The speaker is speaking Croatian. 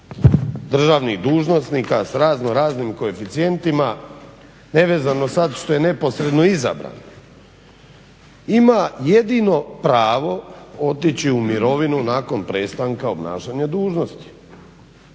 državnih dužnosnika s raznoraznim koeficijentima, nevezano sad što je neposredno izabran, ima jedino pravo otići u mirovinu nakon prestanka obnašanja dužnosti.